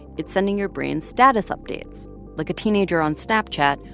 it's sending your brain status updates like a teenager on snapchat,